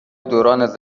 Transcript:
زندان